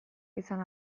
izan